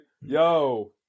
yo